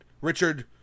Richard